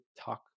talk